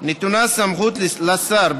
נתונה סמכות לשר,